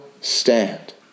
stand